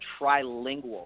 trilingual